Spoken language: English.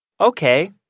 Okay